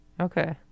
okay